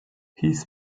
heath